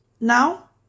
now